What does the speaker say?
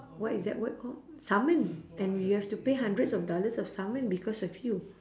what is that word called summon and we have to pay hundreds of dollars of summon because of you